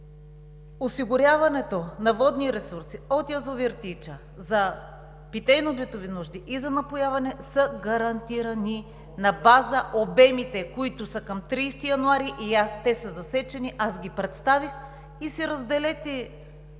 Осигуряването на водни ресурси от язовир „Тича“ за питейно-битови нужди и за напояване са гарантирани на база обемите, които са към 30 януари 2020 г., те са засечени и аз ги представих. Разделете